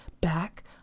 back